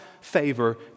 favor